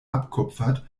abkupfert